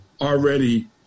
already